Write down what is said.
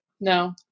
No